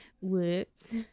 whoops